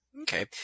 Okay